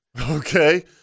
Okay